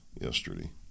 yesterday